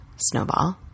snowball